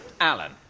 Alan